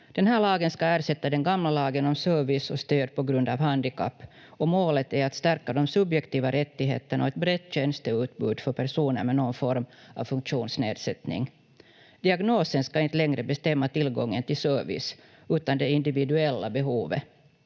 lagen ska ersätta den gamla lagen om service och stöd på grund av handikapp, och målet är att stärka de subjektiva rättigheterna och ett brett tjänsteutbud för personer med någon form av funktionsnedsättning. Diagnosen ska inte längre bestämma tillgången till service, utan det individuella behovet.